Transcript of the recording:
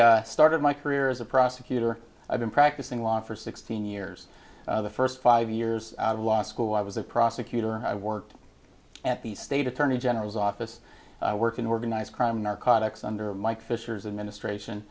i started my career as a prosecutor i've been practicing law for sixteen years the first five years of law school i was a prosecutor i worked at the state attorney general's office working organized crime narcotics under mike fisher's of ministration